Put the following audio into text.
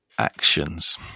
actions